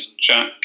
Jack